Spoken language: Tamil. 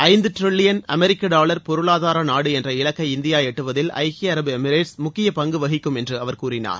ஐந்து ட்ரில்லியன் அமெரிக்க டாவர் பொருளாதார நாடு என்ற இலக்கை இந்தியா எட்டுவதில் ஐக்கிய அரபு எமிரேட்ஸ் முக்கிய பங்கு வகிக்கும் என்று அவர் கூறினார்